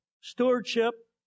stewardship